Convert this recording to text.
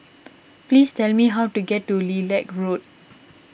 please tell me how to get to Lilac Road